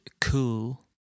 cool